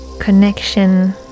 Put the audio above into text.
connection